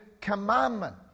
commandment